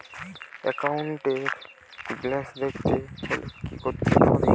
একাউন্টের ব্যালান্স দেখতে হলে কি করতে হবে?